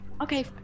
Okay